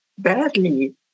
Badly